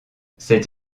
cette